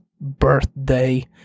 birthday